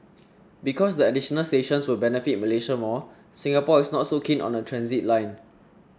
because the additional stations will benefit Malaysia more Singapore is not so keen on the transit line